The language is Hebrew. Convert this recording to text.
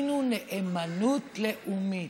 יפגינו נאמנות לאומית.